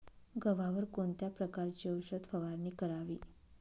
गव्हावर कोणत्या प्रकारची औषध फवारणी करावी?